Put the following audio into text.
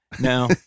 No